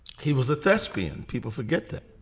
he was a thespian. people forget that,